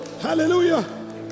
Hallelujah